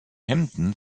hemden